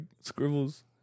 scribbles